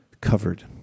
covered